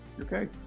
Okay